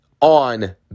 on